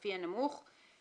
לפי הנמוך".